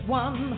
one